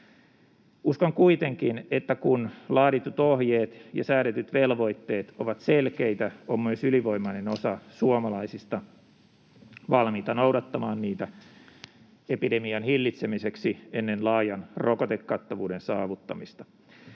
Uskon kuitenkin, että kun laaditut ohjeet ja säädetyt velvoitteet ovat selkeitä, on myös ylivoimainen osa suomalaisista valmis noudattamaan niitä epidemian hillitsemiseksi ennen laajan rokotekattavuuden saavuttamista.